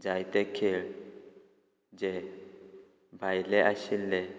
जायते खेळ जे भायले आशिल्ले